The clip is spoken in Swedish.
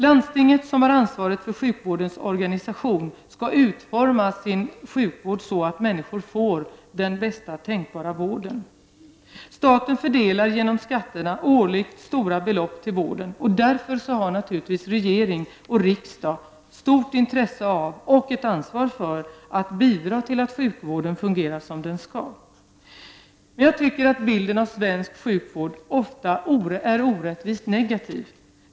Landstingen har ansvaret för att sjukvårdens organisation utformas så att människor får bästa tänkbara vård. Staten fördelar genom skatterna årligen stora belopp till vården. Därför har naturligtvis regering och riksdag stort intresse av och ett ansvar för att bidra till att sjukvården fungerar som den skall. Jag tycker att bilden av svensk sjukvård ofta är orättvist negativ.